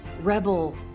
rebel